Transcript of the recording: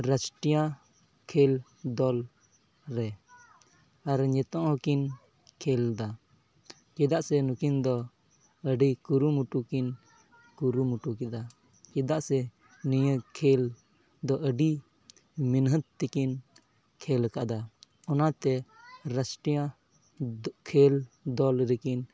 ᱨᱟᱥᱴᱨᱤᱭᱚ ᱠᱷᱮᱞ ᱫᱚᱞ ᱨᱮ ᱟᱨ ᱱᱤᱛᱚᱜ ᱦᱚᱠᱤᱱ ᱠᱷᱮᱞᱫᱟ ᱪᱮᱫᱟᱜ ᱥᱮ ᱱᱩᱠᱤᱱ ᱫᱚ ᱟᱹᱰᱤ ᱠᱩᱨᱩᱢᱩᱴᱩ ᱠᱤᱱ ᱠᱩᱨᱩᱢᱩᱴᱩ ᱠᱮᱫᱟ ᱪᱮᱫᱟᱜ ᱥᱮ ᱱᱤᱭᱟᱹ ᱠᱷᱮᱞ ᱫᱚ ᱟᱹᱰᱤ ᱢᱮᱦᱱᱚᱛ ᱛᱮᱠᱤᱱ ᱠᱷᱮᱞ ᱠᱟᱫᱟ ᱚᱱᱟᱛᱮ ᱨᱟᱥᱴᱨᱤᱭᱚ ᱠᱷᱮᱞ ᱫᱚᱞ ᱨᱮᱠᱤᱱ